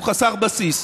שהוא חסר בסיס.